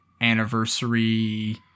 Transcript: anniversary